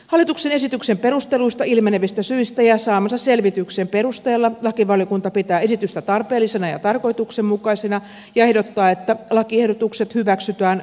hallituksen esityksen perusteluista ilmenevistä syistä ja saamansa selvityksen perusteella lakivaliokunta pitää esitystä tarpeellisena ja tarkoituksenmukaisena ja ehdottaa että lakiehdotukset hyväksytään muuttamattomina